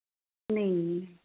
नेईं